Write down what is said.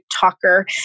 talker